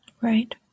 Right